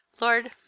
lord